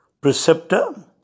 preceptor